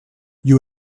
you